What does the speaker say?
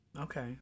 Okay